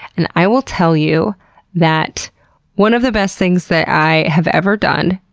and i will tell you that one of the best things that i have ever done,